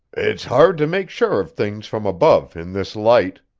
it's hard to make sure of things from above in this light,